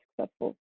successful